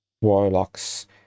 warlocks